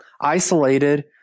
isolated